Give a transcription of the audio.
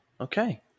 okay